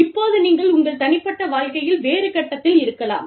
இப்போது நீங்கள் உங்கள் தனிப்பட்ட வாழ்க்கையில் வேறு கட்டத்தில் இருக்கலாம்